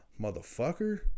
Motherfucker